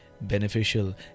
beneficial